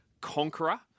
Conqueror